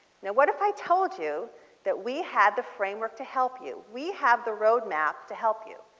now what if i told you that we have the framework to help you. we have the road map to help you